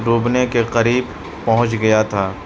ڈوبنے کے قریب پہنچ گیا تھا